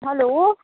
hello